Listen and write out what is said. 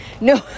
No